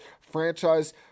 franchise